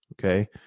okay